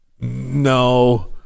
no